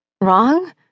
Wrong